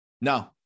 No